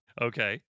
Okay